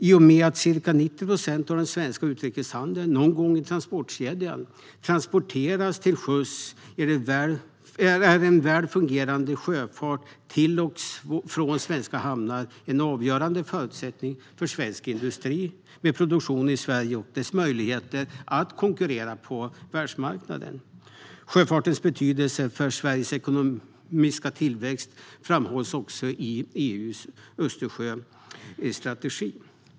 I och med att ca 90 procent av den svenska utrikeshandeln någon gång i transportkedjan transporteras till sjöss är en väl fungerande sjöfart till och från svenska hamnar en avgörande förutsättning för svensk industri med produktion i Sverige och dess möjligheter att konkurrera på världsmarknaden. Sjöfartens betydelse för Sveriges ekonomiska tillväxt framhålls också i EU:s Östersjöstrategi.